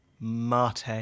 Mate